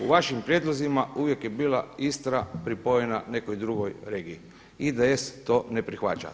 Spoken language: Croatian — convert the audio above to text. U vašim prijedlozima uvijek je bila Istra pripojena nekoj drugoj regiji, IDS to ne prihvaća.